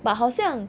but 好像